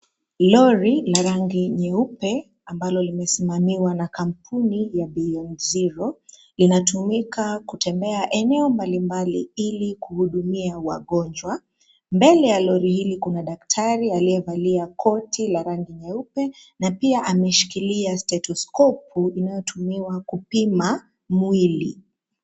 Lori la rangi nyeupe ambalo limesimamiwa na kampuni ya Beyond Zero , inatumika kutembea eneo mbalimbali ilikuhudumia wagonjwa, mbele ya lori hili kuna daktari aliyevalia koti la rangi nyeupe na pia ameshikilia stetuskopu inayotumiwa kupima mwili.